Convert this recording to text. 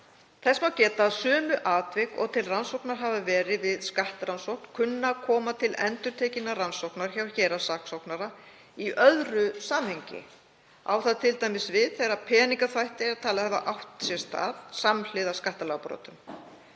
Þess má geta að sömu atvik og til rannsóknar hafa verið við skattrannsókn kunna að koma til endurtekinnar rannsóknar hjá héraðssaksóknara í öðru samhengi. Á það t.d. við þegar peningaþvætti er talið hafa átt sér stað samhliða skattalagabrotum.